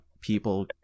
people